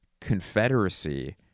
confederacy